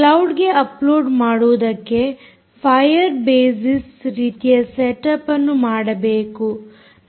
ಕ್ಲೌಡ್ಗೆ upload ಮಾಡುವುದಕ್ಕೆ Firebase ರೀತಿಯ setup ಅನ್ನು ಮಾಡಬೇಕು